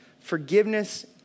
forgiveness